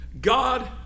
God